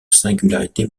singularité